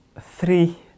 three